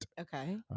Okay